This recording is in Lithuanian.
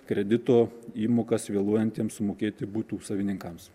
kredito įmokas vėluojantiems sumokėti butų savininkams